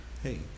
Hey